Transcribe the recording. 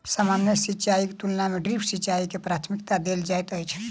सामान्य सिंचाईक तुलना मे ड्रिप सिंचाई के प्राथमिकता देल जाइत अछि